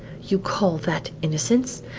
you call that innocence?